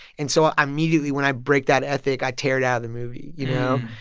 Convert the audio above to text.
and so immediately, when i break that ethic, i tear it out of the movie, you know?